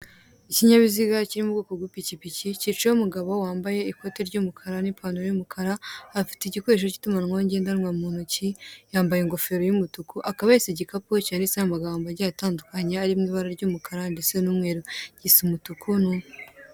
Ikinyabiziga kiri mu bwoko bw'ipikipiki cyicayeho umugabo wambaye ikoti ry'umukara n'ipantaro y'umukara, afite igikoresho cy'itumanaho ngendanwa mu ntoki, yambaye ingofero y'umutuku, akaba ahetse igikapu cyanditseho amagambo agiye atandukanye ari mu ibara ry'umukara ndetse n'umweru, gisa umutuku.